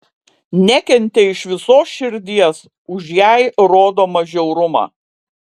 nekentė iš visos širdies už jai rodomą žiaurumą